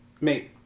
mate